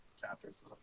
chapters